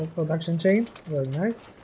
production chain really nice